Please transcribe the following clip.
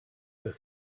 the